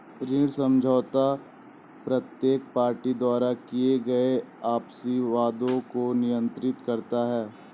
ऋण समझौता प्रत्येक पार्टी द्वारा किए गए आपसी वादों को नियंत्रित करता है